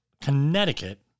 Connecticut